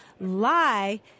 Lie